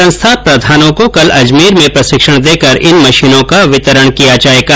संस्था प्रधानों को कल अजमेर में प्रशिक्षण देकर इन मशीनों का वितरण किया जाएगा